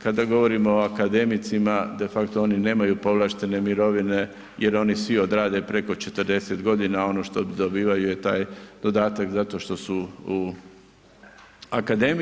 Kada govorimo o akademicima, defakto oni nemaju povlaštene mirovine jer oni svi odrade preko 40.g., ono što dobivaju je taj dodatak zato što su u akademiji.